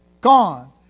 gone